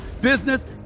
business